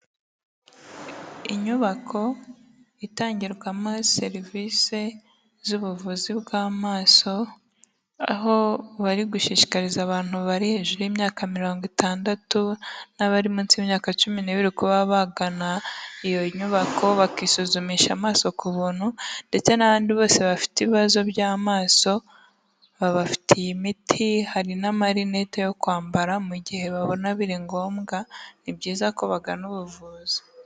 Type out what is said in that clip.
Inyubako itangirwamo serivisi z'ubuvuzi bw'amaso, aho bari gushishikariza abantu bari hejuru y'imyaka mirongo itandatu n'abari munsi y'imyaka cumi n'ibiri, kuba bagana iyo nyubako bakisuzumisha amaso ku buntu, ndetse n'abandi bose bafite ibibazo by'amaso babafitiye imiti, hari n'amarinete yo kwambara, mu gihe babona biri ngombwa ni byiza ko bagana ubuvuzi.